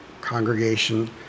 congregation